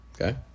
okay